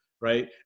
right